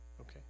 Okay